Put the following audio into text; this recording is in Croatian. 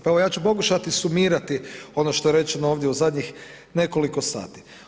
Pa evo, ja ću pokušati sumirati ono što je rečeno ovdje u zadnjih nekoliko sati.